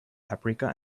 paprika